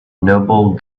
noble